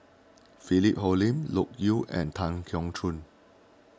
Philip Hoalim Loke Yew and Tan Keong Choon